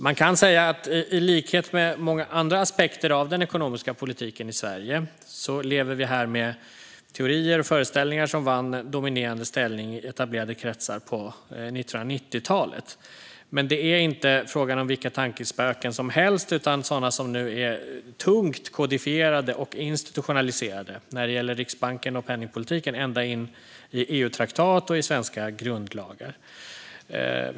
Man kan säga att vi här, i likhet med hur det är gällande många andra aspekter av den ekonomiska politiken i Sverige, lever med teorier och föreställningar som vann en dominerande ställning i etablerade kretsar på 1990-talet. Det är dock inte fråga om vilka tankespöken som helst utan om sådana som nu är tungt kodifierade och institutionaliserade - när det gäller Riksbanken och penningpolitiken ända in i EU-traktat och svenska grundlagar.